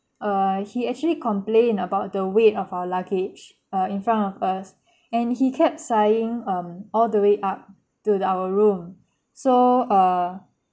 err he actually complained about the weight of our luggage err in front of us and he kept sighing um all the way up to the our room so err